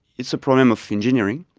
it's a problem of engineering.